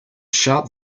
sharp